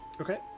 Okay